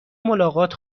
ملاقات